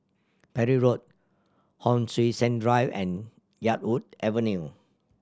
Parry Road Hon Sui Sen Drive and Yarwood Avenue